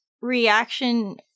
reaction